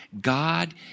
God